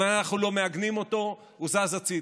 אם אנחנו לא מעגנים אותו, הוא זז הצידה.